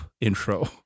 intro